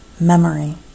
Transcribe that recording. memory